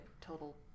total